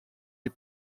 les